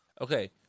Okay